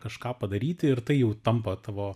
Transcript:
kažką padaryti ir tai jau tampa tavo